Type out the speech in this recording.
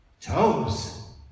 Toes